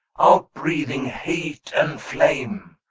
outbreathing hate and flame,